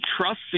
trust